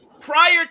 Prior